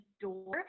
door